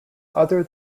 other